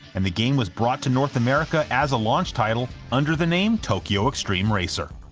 and the game was brought to north america as a launch title under the name tokyo extreme racer.